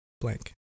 blank